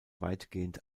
weitgehend